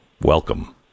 Welcome